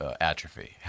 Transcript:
atrophy